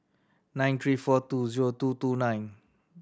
nine three four two zero two two nine